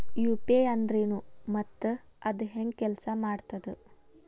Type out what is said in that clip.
UPI ಅಂದ್ರೆನು ಮತ್ತ ಅದ ಹೆಂಗ ಕೆಲ್ಸ ಮಾಡ್ತದ